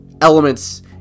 elements